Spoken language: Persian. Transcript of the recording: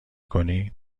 کنی